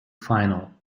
final